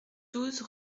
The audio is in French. douze